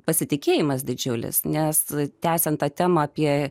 pasitikėjimas didžiulis nes tęsiant temą apie